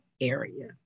area